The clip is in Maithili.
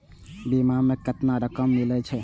बीमा में केतना रकम मिले छै?